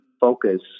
focus